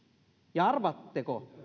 ja arvaatteko